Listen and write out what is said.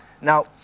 Now